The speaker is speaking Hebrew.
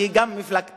שהיא גם מפלגתך,